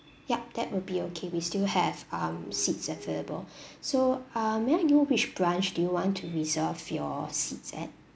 yup that will be okay we still have um seats available so uh may I know which branch do you want to reserve your seats at